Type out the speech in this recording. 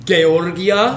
Georgia